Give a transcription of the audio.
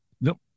no